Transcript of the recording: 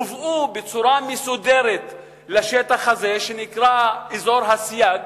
הובאו בצורה מסודרת לשטח הזה שנקרא אזור הסייג,